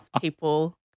people